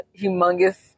humongous